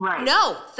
No